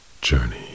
journey